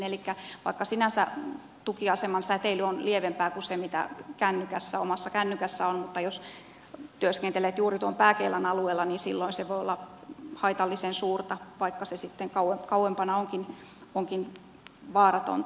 elikkä sinänsä tukiaseman säteily on lievempää kuin se mitä omassa kännykässä on mutta jos työskentelet juuri tuon pääkeilan alueella niin silloin se voi olla haitallisen suurta vaikka se sitten kauempana onkin vaaratonta